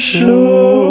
show